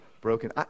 broken